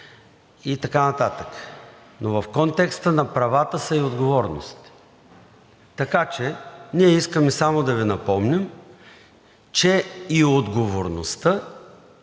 и така нататък, но в контекста на правата са и отговорностите. Така че ние искаме само да Ви напомним, че и отговорността